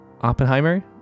Oppenheimer